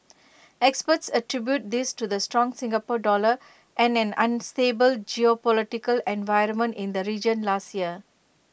experts attribute this to the strong Singapore dollar and an unstable geopolitical environment in the region last year